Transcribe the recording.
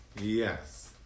Yes